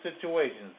situations